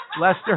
Lester